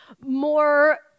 more